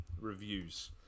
reviews